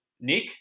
Nick